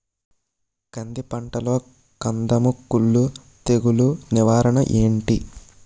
కంది పంటలో కందము కుల్లు తెగులు నివారణ ఏంటి?